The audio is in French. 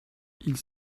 ils